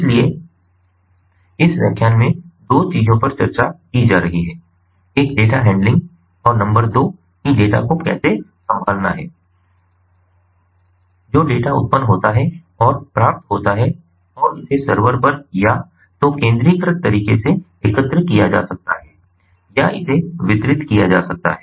इसलिए इस व्याख्यान में 2 चीजों पर चर्चा की जा रही है एक डेटा हैंडलिंग और नंबर दो कि डेटा को कैसे संभालना है जो डेटा उत्पन्न होता है और प्राप्त होता है और इसे सर्वर पर या तो केंद्रीकृत तरीके से एकत्र किया जा सकता है या इसे वितरित किया जा सकता है